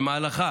שבמהלכה